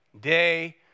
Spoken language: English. day